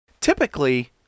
typically